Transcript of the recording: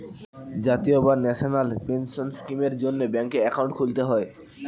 জাতীয় বা national pension স্কিমের জন্যে ব্যাঙ্কে অ্যাকাউন্ট খুলতে হয়